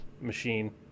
machine